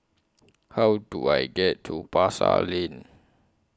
How Do I get to Pasar Lane